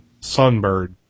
Sunbird